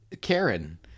Karen